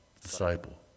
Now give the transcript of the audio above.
disciple